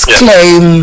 claim